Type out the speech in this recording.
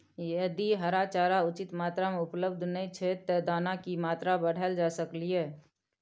यदि हरा चारा उचित मात्रा में उपलब्ध नय छै ते दाना की मात्रा बढायल जा सकलिए?